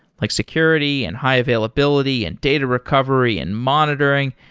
like security, and high availability, and data recovery, and monitoring,